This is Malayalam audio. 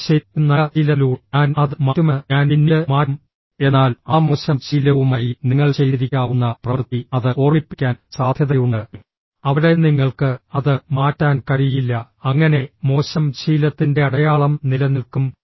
അത് ശരി ഒരു നല്ല ശീലത്തിലൂടെ ഞാൻ അത് മാറ്റുമെന്ന് ഞാൻ പിന്നീട് മാറ്റും എന്നാൽ ആ മോശം ശീലവുമായി നിങ്ങൾ ചെയ്തിരിക്കാവുന്ന പ്രവൃത്തി അത് ഓർമ്മിപ്പിക്കാൻ സാധ്യതയുണ്ട് അവിടെ നിങ്ങൾക്ക് അത് മാറ്റാൻ കഴിയില്ല അങ്ങനെ മോശം ശീലത്തിന്റെ അടയാളം നിലനിൽക്കും